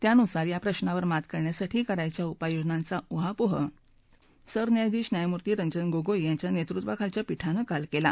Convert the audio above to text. त्यानुसार या प्रश्वावर मात करण्यासाठी करायच्या उपाययोजनांचा उहापोह सरन्यायाधीश न्यायमूर्ती रंजन गोगोई यांच्या नेतृत्वाखालच्या पीठानं काल केला